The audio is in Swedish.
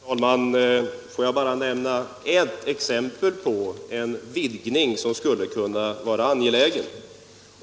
Herr talman! Låt mig bara nämna ett exempel på en vidgning som skulle kunna vara angelägen.